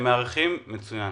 הם מארחים מצוין.